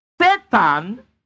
Satan